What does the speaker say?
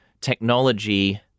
technology